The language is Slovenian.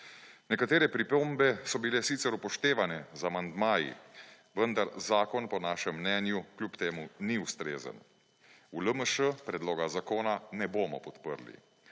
Nekatere pripombe so bil sicer upoštevane z amandmaji, vendar zakon po našem mnenju kljub temu ni ustrezen. V LMŠ predloga zakona ne bomo podprli.